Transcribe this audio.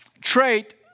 trait